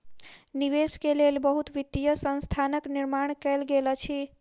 निवेश के लेल बहुत वित्तीय संस्थानक निर्माण कयल गेल अछि